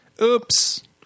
Oops